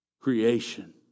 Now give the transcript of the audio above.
creation